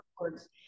records